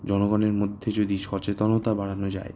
জনগণের মধ্যে যদি সচেতনতা বাড়ানো যায়